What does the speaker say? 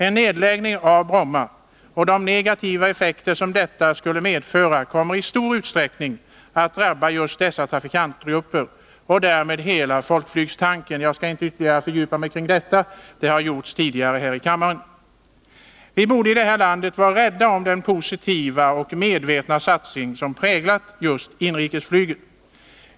En nedläggning av Bromma och de negativa effekter som detta skulle medföra kommer i stor utsträckning att drabba just dessa trafikantgrupper och därmed hela folkflygstanken. Jag skall inte ytterligare fördjupa mig i detta. Det har gjorts tidigare här i kammaren. Vi borde i det här landet vara rädda om den positiva och medvetna satsning som präglat just inrikesflyget.